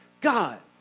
God